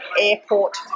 airport